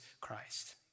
Christ